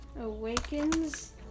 Awakens